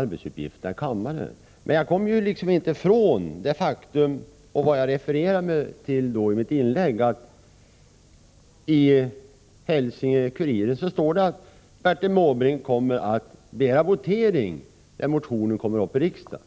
arbetsuppgifterna i kammaren. Men jag kommer inte ifrån det faktum som jag refererade till i mitt inlägg, nämligen att det i Hälsinge Kuriren står att Bertil Måbrink kommer att begära votering när motionen kommer upp i riksdagen.